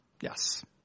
Yes